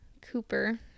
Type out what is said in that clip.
Cooper